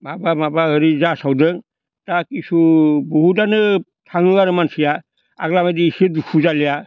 माबा माबा ओरै जासावदों दा खिसु बहुदानो थाङो आरो मानसिया आग्लानि बायदि एसे दुखु जालिया